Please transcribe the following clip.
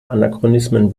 anachronismen